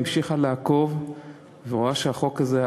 היא המשיכה לעקוב והיא רואה שהחוק הזה,